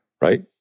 right